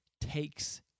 takes